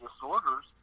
disorders